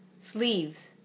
Sleeves